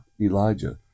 Elijah